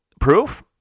proof